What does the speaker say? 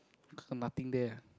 got nothing there ah